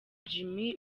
jimmy